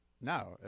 No